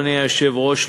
אדוני היושב-ראש,